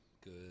Good